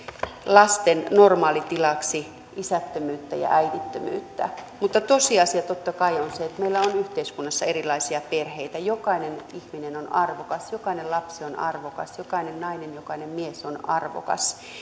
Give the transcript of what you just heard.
lasten normaalitilaksi isättömyyttä ja äidittömyyttä mutta tosiasia totta kai on se että meillä on yhteiskunnassa erilaisia perheitä jokainen ihminen on arvokas jokainen lapsi on arvokas jokainen nainen jokainen mies on arvokas